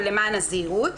אבל למען הזהירות.